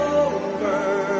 over